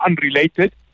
unrelated